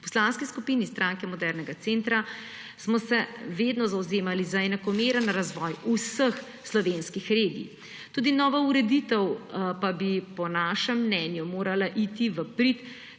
V Poslanski skupini Stranke modernega centra smo se vedno zavzemali za enakomeren razvoj vseh slovenskih regij. Tudi nova ureditev pa bi po našem mnenju morala iti v prid